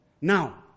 Now